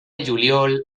juliol